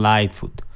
Lightfoot